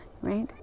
right